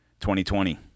2020